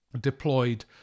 deployed